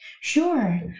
Sure